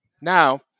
Now